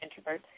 introverts